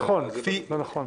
זה נכון.